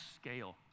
scale